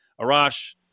Arash